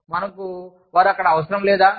మనకు వారు అక్కడ అవసరం లేదా